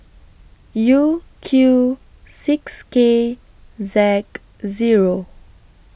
U Q six K Zac Zero